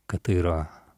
kad tai yra